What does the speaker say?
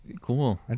Cool